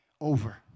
over